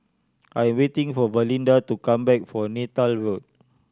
I am waiting for Valinda to come back from Neythal Road